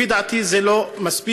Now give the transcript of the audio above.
לפי דעתי, זה לא מספיק.